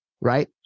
right